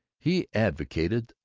he advocated,